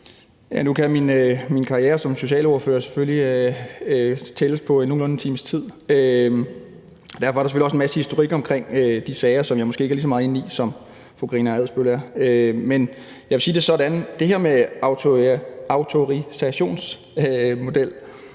Nu kan min karriere som socialordfører opgøres til nogenlunde en times tid, og derfor er der selvfølgelig også en masse historik omkring de sager, som jeg måske ikke er lige så meget inde i, som fru Karina Adsbøl. Men jeg vil sige det sådan, at det her med en autorisationsmodel